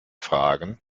fragen